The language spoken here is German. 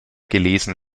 gelesen